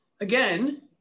again